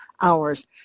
hours